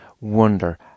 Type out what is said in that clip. wonder